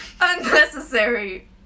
Unnecessary